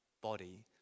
body